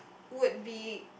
would be